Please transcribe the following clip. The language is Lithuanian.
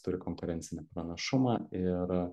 turi konkurencinį pranašumą ir